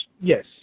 Yes